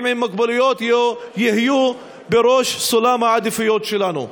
עם מוגבלות יהיו בראש סולם העדיפויות שלנו.